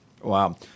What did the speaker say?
Wow